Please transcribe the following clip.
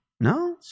No